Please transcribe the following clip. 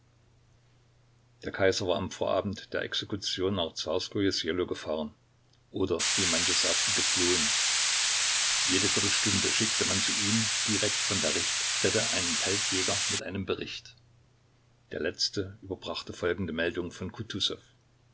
der kaiser war am vorabend der exekution nach zarskoje ssjelo gefahren oder wie manche sagten geflohen jede viertelstunde schickte man zu ihm direkt von der richtstätte einen feldjäger mit einem bericht der letzte überbrachte folgende meldung von